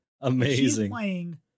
Amazing